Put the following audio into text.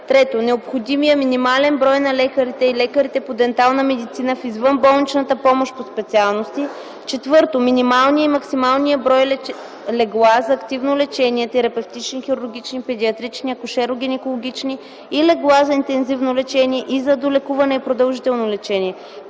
2; 3. необходимия минимален брой на лекарите и лекарите по дентална медицина в извънболничната помощ по специалности; 4. минималния и максималния брой легла за активно лечение (терапевтични, хирургични, педиатрични, акушеро-гинекологични и легла за интензивно лечение) и за долекуване и продължително лечение;